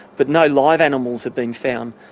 but no live animals had been found.